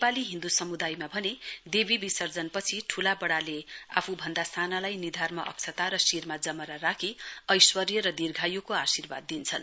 नेपाली हिन्दु समुदायमा भने देवी विसर्जनपछि ठूला बड़ाले आफूभन्दा सानालाई निधारमा अक्षता र शिरमा जमरा राखि ऐश्वर्य र दीर्घायुको आर्शिवाद दिन्छन